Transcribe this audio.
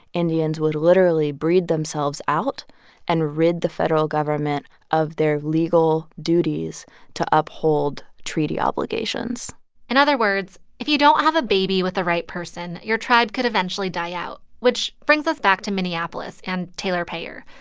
indians would literally breed themselves out and rid the federal government of their legal duties to uphold treaty obligations in other words, if you don't have a baby with the right person, your tribe could eventually die out which brings us back to minneapolis and taylor payer.